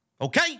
Okay